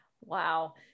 Wow